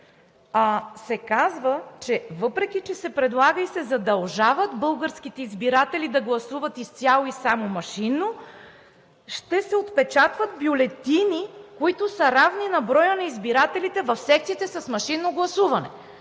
3 се казва, че въпреки че се предлага и се задължават българските избиратели да гласуват изцяло и само машинно, ще се отпечатват бюлетини, които са равни на броя на избирателите в секциите с машинно гласуване.